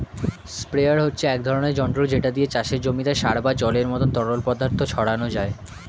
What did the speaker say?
sprayer হচ্ছে এক ধরনের যন্ত্র যেটা দিয়ে চাষের জমিতে সার বা জলের মতো তরল পদার্থ ছড়ানো যায়